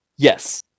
Yes